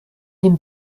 dem